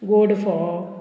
गोड फो